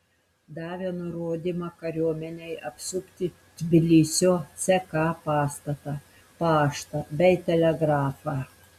davė nurodymą kariuomenei apsupti tbilisio ck pastatą paštą bei telegrafą